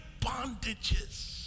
bondages